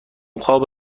خواب